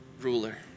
ruler